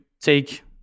take